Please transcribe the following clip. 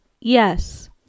Yes